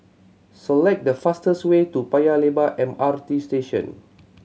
select the fastest way to Paya Lebar M R T Station